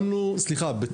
סליחה,